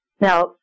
Now